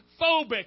phobic